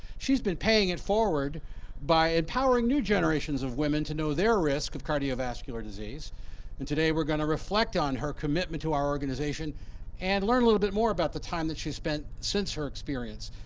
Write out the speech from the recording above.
she's been paying it forward by empowering new generations of women to know their risk of cardiovascular disease and today, we're gonna reflect on her commitment to our organization and learn a little bit more about the time that she spent since her experience,